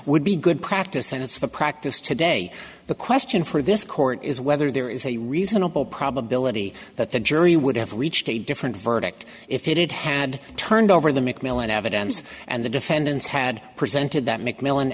would be good practice and it's the practice today the question for this court is whether there is a reason probability that the jury would have reached a different verdict if it had turned over the mcmillan evidence and the defendants had presented that mcmill